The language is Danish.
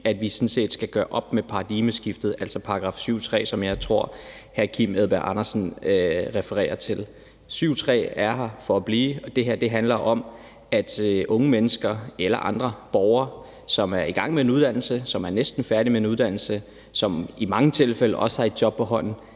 at vi sådan set skal gøre op med paradigmeskiftet, altså § 7, stk. 3, som jeg tror at hr. Kim Edberg Andersen refererer til. § 7, stk. 3, er her for at blive, og det her handler om, at unge mennesker eller andre borgere, som er i gang med en uddannelse, som er næsten færdige med en uddannelse, og som i mange tilfælde også har et job på hånden,